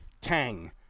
Tang